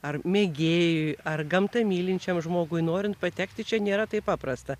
ar mėgėjui ar gamtą mylinčiam žmogui norint patekti čia nėra taip paprasta